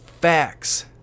facts